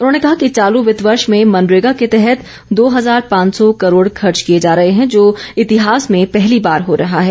उन्होंने कहा कि चालू वित्त वर्ष में मनरेगा के तहत दो हजार पांच सौ करोड़ खर्च किए जा रहे हैं जो इतिहास में पहली बार हो रहा है